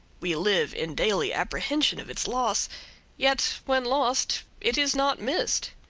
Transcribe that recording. we live in daily apprehension of its loss yet when lost it is not missed.